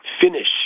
finish